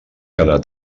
quedar